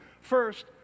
First